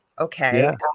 Okay